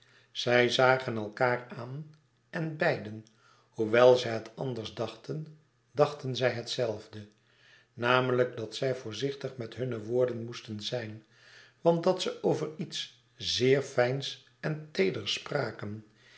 zij zagen elkaâr aan en beiden hoewel ze het anders dachten dachten zij het zelfde namelijk dat zij voorzichtig met hunne woorden moesten zijn want dat ze over iets zeer fijns en teeders spraken